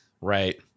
Right